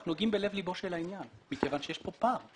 אנחנו נוגעים בלב ליבו של העניין מכיוון שיש כאן פער.